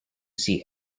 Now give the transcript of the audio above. see